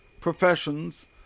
professions